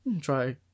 try